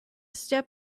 step